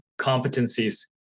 competencies